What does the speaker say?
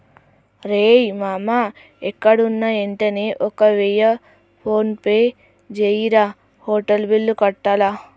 రేయ్ మామా ఎక్కడున్నా యెంటనే ఒక వెయ్య ఫోన్పే జెయ్యిరా, హోటల్ బిల్లు కట్టాల